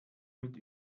mit